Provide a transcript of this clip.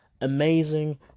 amazing